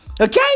Okay